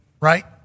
right